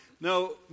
no